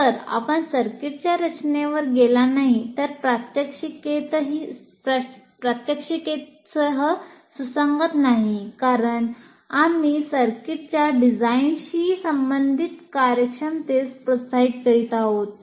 जर आपण सर्किटच्या रचनेवर गेला नाही तर प्रात्यक्षिकतेसह सुसंगत नाही कारण आम्ही सर्किटच्या डिझाइनशी संबंधित कार्यक्षमतेस प्रोत्साहित करीत आहोत